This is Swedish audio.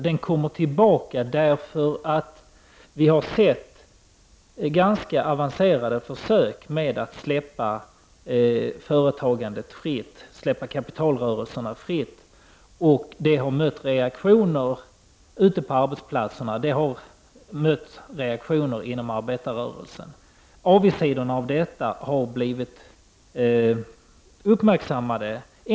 Den kommer tillbaka därför att vi har sett ganska avancerade försök med att släppa företagandet fritt och att släppa kapitalrörelserna fria. Detta har mött reaktioner ute på arbetsplatserna och inom arbetarrörelsen. Avigsidorna av detta har än en gång blivit uppmärksammade.